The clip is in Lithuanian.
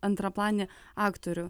antraplanį aktorių